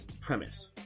premise